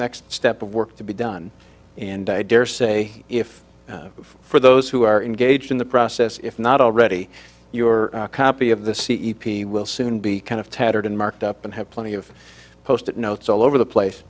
next step of work to be done and i dare say if for those who are engaged in the process if not already your copy of the c e p t will soon be kind of tattered and marked up and have plenty of post it notes all over the place